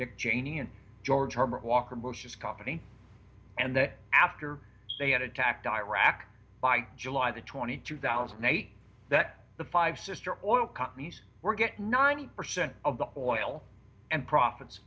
dick cheney and george herbert walker bush was company and that after they had attacked iraq by july the twenty two thousand and eight that the five sister or oil companies were get ninety percent of the hoyle and profits